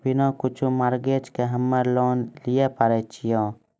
बिना कुछो मॉर्गेज के हम्मय लोन लिये पारे छियै?